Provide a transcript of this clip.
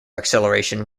acceleration